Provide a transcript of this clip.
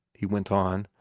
he went on,